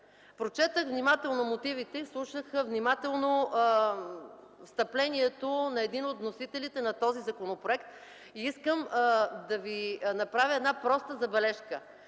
Прочетох внимателно мотивите и слушах внимателно встъплението на един от вносителите на този законопроект. Искам да ви направя една проста забележка.